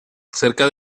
cerca